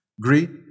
Greet